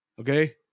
okay